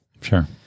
Sure